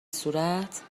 صورت